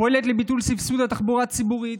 פועלת לביטול סבסוד התחבורה הציבורית.